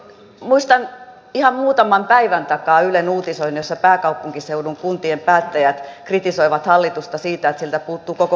muistan ihan muutaman päivän takaa ylen uutisoinnin jossa pääkaupunkiseudun kuntien päättäjät kritisoivat hallitusta siitä että siltä puuttuu koko kaupunkipolitiikka